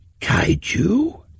kaiju